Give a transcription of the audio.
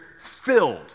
filled